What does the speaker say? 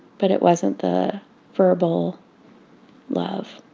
but it wasn't the verbal love.